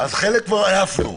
אז חלק כבר העפנו.